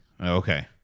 Okay